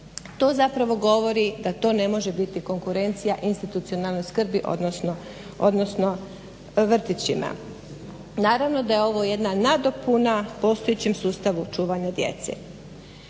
To zapravo govori da to ne može biti konkurencija institucionalnoj skrbi odnosno vrtićima. Naravno da je ovo jedna nadopuna postojećem sustavu čuvanja djece.